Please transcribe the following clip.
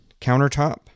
countertop